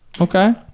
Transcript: okay